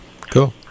Cool